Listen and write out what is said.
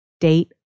date